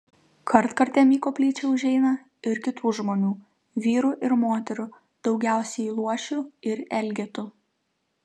kartkartėm į koplyčią užeina ir kitų žmonių vyrų ir moterų daugiausiai luošių ir elgetų